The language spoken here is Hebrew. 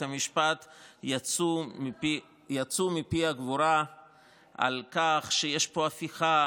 המשפט יצאו מפי הגבורה על כך שיש פה הפיכה,